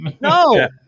no